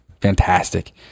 fantastic